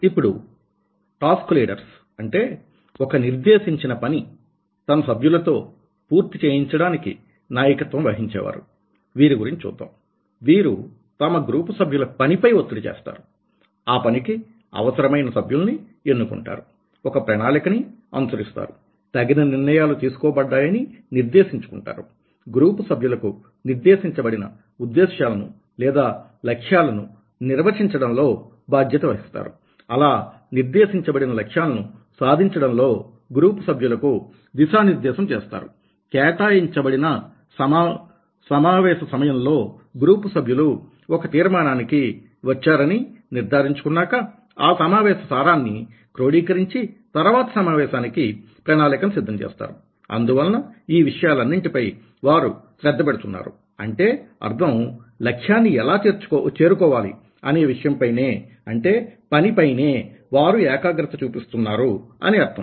ఇప్పుడు task leaders అంటే ఒక నిర్దేశించిన పని తన సభ్యులతో పూర్తి చేయించడానికి నాయకత్వం వహించేవారు వీరి గురించి చూద్దాం వీరు తమ గ్రూపు సభ్యుల పనిపై ఒత్తిడి చేస్తారు ఆ పనికి అవసరమైన సభ్యులని ఎన్నుకుంటారు ఒక ప్రణాళికనిఅనుసరిస్తారు తగిన నిర్ణయాలు తీసుకోబడ్డాయని నిర్దేశించుకుంటారు గ్రూపు సభ్యులకు నిర్దేశించబడిన ఉద్దేశ్యాలను లేదా లక్ష్యాలను నిర్వచించడంలో బాధ్యత వహిస్తారు అలా నిర్దేశించబడిన లక్ష్యాలను సాధించడంలో గ్రూపు సభ్యులకు దిశా నిర్దేశం చేస్తారు కేటాయించబడిన సమావేశ సమయంలో గ్రూప్ సభ్యులు ఒక తీర్మానానికి వచ్చారని నిర్ధారించుకున్నాక ఆ సమావేశ సారాన్ని క్రోడీకరించి తరువాత సమావేశానికి ప్రణాళికను సిద్ధం చేస్తారు అందువలన ఈ విషయాలన్నింటిపై వారు శ్రద్ధ పెడుతున్నారు అంటే అర్థం లక్ష్యాన్ని ఎలా చేరుకోవాలి అనే విషయంపైనే అంటే పని పైనే వారు ఏకాగ్రత చూపిస్తున్నారు అని అర్థం